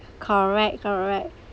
correct correct